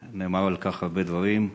ונאמרו על כך הרבה דברים,